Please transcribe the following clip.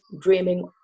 Dreaming